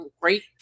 great